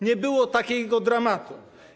Nie było takiego dramatu.